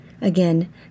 Again